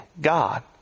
God